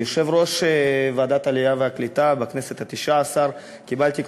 כיושב-ראש ועדת העלייה והקליטה בכנסת התשע-עשרה קיבלתי,